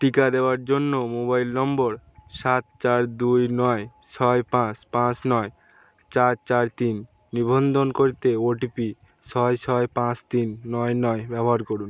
টিকা দেওয়ার জন্য মোবাইল নম্বর সাত চার দুই নয় ছয় পাঁচ পাঁচ নয় চার চার তিন নিবন্ধন করতে ওটিপি ছয় ছয় পাঁচ তিন নয় নয় ব্যবহার করুন